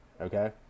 okay